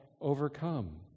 overcome